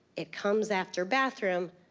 it comes after bathroom,